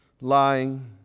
lying